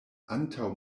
antaŭ